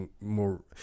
more